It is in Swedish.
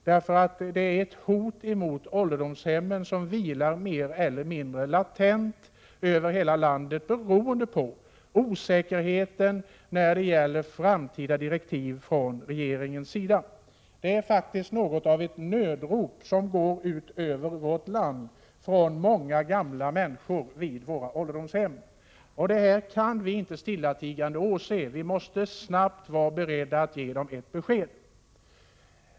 Ett hot mot ålderdomshemmen vilar mer eller mindre latent över hela landet, beroende på osäkerheten när det gäller framtida direktiv från regeringen. Det är faktiskt något av ett nödrop som går ut över landet från många gamla människor vid våra ålderdomshem. Detta kan vi inte stillatigande åse, utan vi måste snabbt vara beredda att ge dessa människor ett besked.